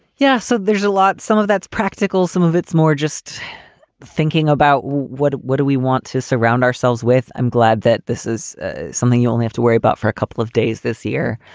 yeah. so there's a lot some of that's practical, some of its more just thinking about what what do we want to surround ourselves with. i'm glad that this is something you only have to worry about for a couple of days this year,